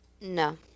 No